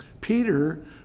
Peter